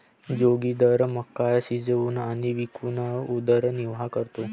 जोगिंदर मका शिजवून आणि विकून उदरनिर्वाह करतो